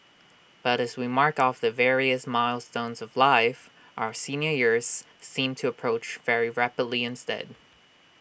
but as we mark off the various milestones of life our senior years seem to approach very rapidly ins deed